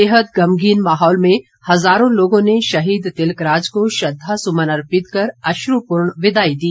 बेहद गमगीन माहौल में हज़ारों लोगों ने शहीद तिलकराज को श्रद्धा सुमन अर्पित कर अश्रपूर्ण विदाई दी